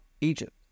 Egypt